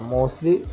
Mostly